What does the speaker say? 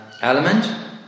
element